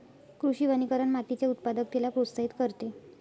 कृषी वनीकरण मातीच्या उत्पादकतेला प्रोत्साहित करते